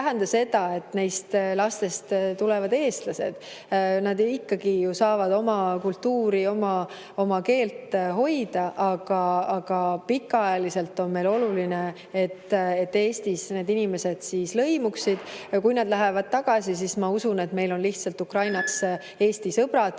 tähenda seda, et neist lastest tulevad eestlased. Nad ikkagi ju saavad oma kultuuri ja oma keelt hoida, aga pikaajaliselt on oluline, et Eestis need inimesed lõimuksid. Kui nad lähevad tagasi, siis ma usun, et meil on lihtsalt Ukrainas Eesti sõbrad,